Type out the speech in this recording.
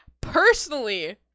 personally